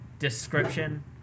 description